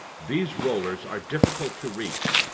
these rollers are difficult to reach,